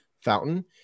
fountain